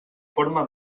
forma